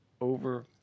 over